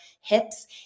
hips